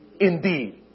indeed